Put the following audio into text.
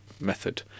method